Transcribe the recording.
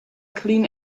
clean